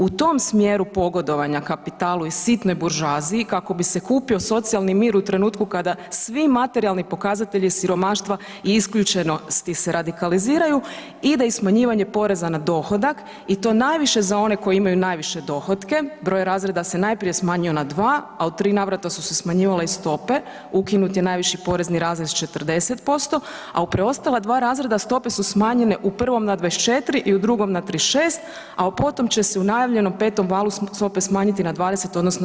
U tom smjeru pogodovanja kapitalu i sitnoj buržoaziji kako bi se kupio socijalni mir u trenutku kada svi materijalni pokazatelji siromaštva i isključenosti se radikaliziraju i da i smanjivanje poreza na dohodak i to najviše za one koji imaju najviše dohotke, broj razreda se najprije smanjio na dva a u tri navrata su se smanjivale u stope, ukinut je najviši porezni razred s 40% a u preostala dva razreda stope su smanjene u prvom na 24 i u drugom na 36 a u potom će se u najavljenom petom valu stope smanjiti na 20 odnosno 30%